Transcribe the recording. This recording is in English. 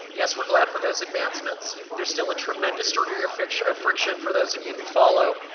yes, we're glad for those advancements. there's still a tremendous degree of fiction, of friction for those of you who follow,